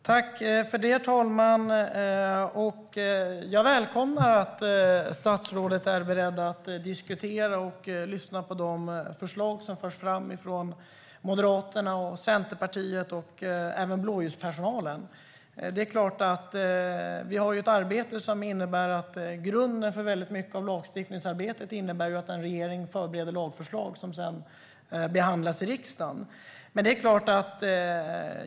Herr talman! Jag välkomnar att statsrådet är beredd att diskutera och lyssna på de förslag som förs fram från Moderaterna, Centerpartiet och även från blåljuspersonalen. Det är klart att vi har en ordning att grunden i lagstiftningsarbetet innebär att en regering förbereder lagförslag som sedan behandlas i riksdagen.